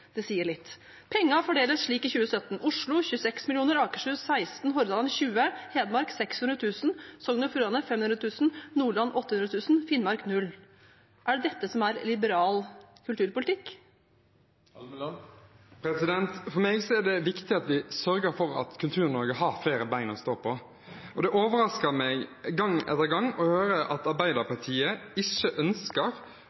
Det sier litt. Pengene fordeles slik i 2017: Oslo 26 mill. kr, Akershus 16 mill. kr, Hordaland 20 mill. kr, Hedmark 600 000 kr, Sogn og Fjordane 500 000 kr, Nordland 800 000 kr, Finnmark 0 kr. Er det dette som er liberal kulturpolitikk? For meg er det viktig at vi sørger for at Kultur-Norge har flere ben å stå på. Det overrasker meg gang etter gang å høre at